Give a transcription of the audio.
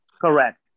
correct